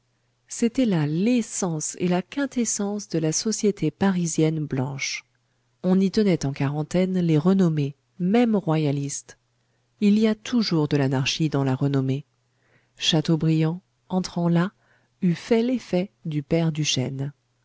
c'était là l'essence et la quintessence de la société parisienne blanche on y tenait en quarantaine les renommées même royalistes il y a toujours de l'anarchie dans la renommée chateaubriand entrant là eût fait l'effet du père duchêne